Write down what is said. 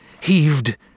heaved